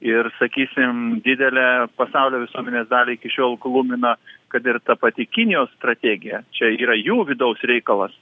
ir sakysim didelę pasaulio visuomenės dalį iki šiol glumina kad ir ta pati kinijos strategija čia yra jų vidaus reikalas